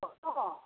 हँ